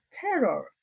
terror